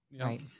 Right